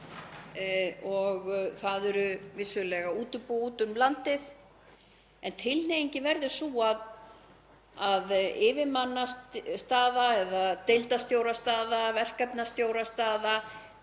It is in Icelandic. og það eru vissulega útibú úti um landið en tilhneigingin verður sú að yfirmannastaða eða deildarstjórastaða eða verkefnastjórastaða,